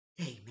amen